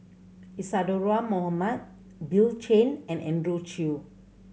Isadhora Mohamed Bill Chen and Andrew Chew